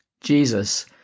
Jesus